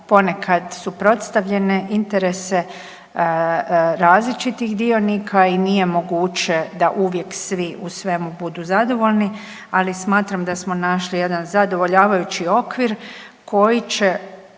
ponekad suprotstavljene interese različitih dionika i nije moguće da uvijek svi u svemu budu zadovoljni, ali smatram da smo našli jedan zadovoljavajući okvir koji će